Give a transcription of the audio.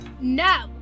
No